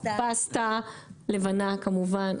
פסטה לבנה כמובן",